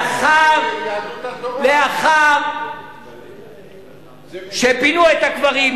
לאחר שפינו את הקברים,